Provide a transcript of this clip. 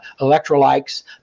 electrolytes